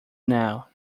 now